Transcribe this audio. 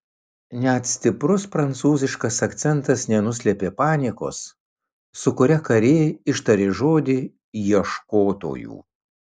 net stiprus prancūziškas akcentas nenuslėpė paniekos su kuria karė ištarė žodį ieškotojų